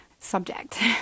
Subject